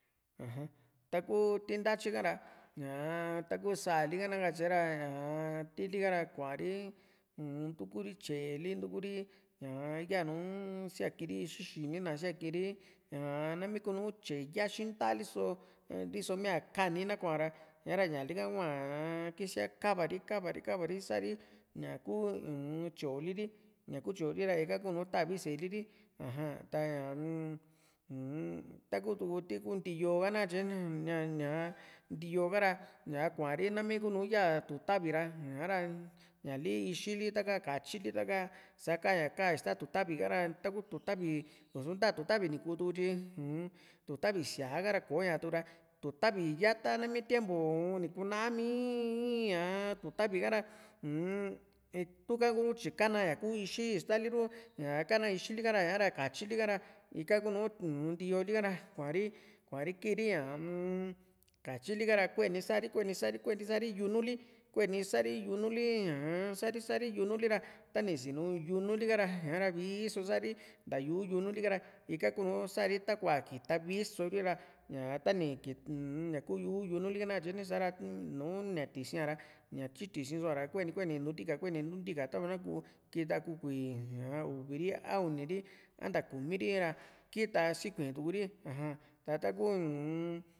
ta kuu ti ntatyi ka ra ñaa taku sáa li ka nakatye ra ñaa tili ka ra kua ri uun ntuku ri tye´e li ntuku ri ñaa yanuu siakiri ixi xinina siakiri ñaa nami kunu tye´e yaxintali so riso mia kani na koá ra ñara ñali ka kuaa aa kisia ri kava ri kava ri kava ri sa´ri ñaku uu-n tye´e tyooli ri ñaku tyoli ra ña´ka kunu tavi sée liri aja ta ñaa-m uun taku tuku tiku ntii´yo ha nakatye nña ña ntíoo kara ña kuari nami kunun yaa tutavi ra ña´ra ñali ixili taka katyili taka saka ña ka ista tutavi ka´ra taku tutavi u´su nta tutavi ni kuutuku tyi uun tutavi síaaka ra kò´o ñatu ra tutavi yaata nami tiempu uun ni kuuna mii ii´a ñaa tutavi ha´ra uu-m tuka kuru tyi kana ñaku ixi istaliru ñaa kana ixxi ñakuatyili ka ra ña´ara katyili ka ra ika kunu ntio´lika ra kuari kuari kiiri ña uu-m katyili ka ra kueni sari kueni sari kueni sari yunuli kueni sari yunu li ñaa sa´ri sa´ri yunuli ra tani sinu yunu li ha´ra ña´ra vii so sa´ri nta yu´u yunuli ka ra ika kuunu sari ta kua kita vii sori ra ñaa ta ni kit mmñaku yu´u yunuli ha nakatye ni sa´ra nùù ña tisia ra ña tyi tisiso a ra kueni kueni ni ntu ntika kueni ntu ntika tava na kuu kita kukui ña uvi ri a uni ri a nta kumi ri ra kita sikui tuku rim aja ta taku uu-n